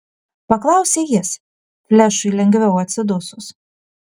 paklausė jis flešui lengviau atsidusus